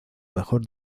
mejor